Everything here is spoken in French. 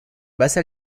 basse